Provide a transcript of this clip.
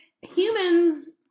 Humans